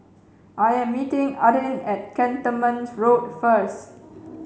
I am meeting Adin at Cantonment Road first